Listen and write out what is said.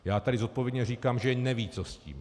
Já tady zodpovědně říkám, že nevědí co s tím.